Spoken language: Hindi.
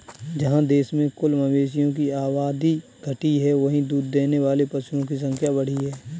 जहाँ देश में कुल मवेशियों की आबादी घटी है, वहीं दूध देने वाले पशुओं की संख्या बढ़ी है